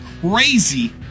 crazy